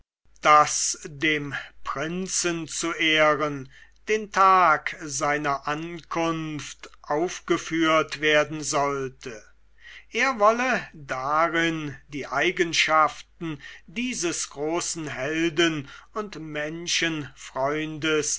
das dem prinzen zu ehren den tag seiner ankunft aufgeführt werden sollte er wolle darin die eigenschaften dieses großen helden und